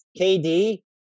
KD